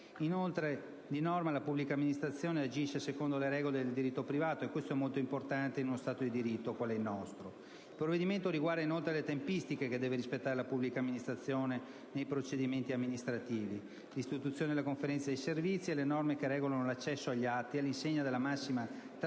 Inoltre, di norma, la pubblica amministrazione agisce secondo le regole del diritto privato e questo è molto importante in uno Stato di diritto, quale il nostro. Il provvedimento riguarda inoltre le tempistiche che deve rispettare la pubblica amministrazione nei procedimenti amministrativi, l'istituzione della Conferenza dei Servizi e le norme che regolano l'accesso agli atti, all'insegna della massima trasparenza